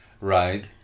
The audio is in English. right